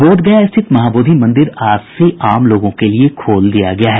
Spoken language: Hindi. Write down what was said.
बोधगया रिथित महाबोधि मंदिर आज से आम लोगों के लिए खोल दिया गया है